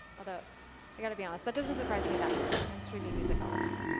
although i got to be honest that doesn't surprise me that much. i'm streaming music all the time!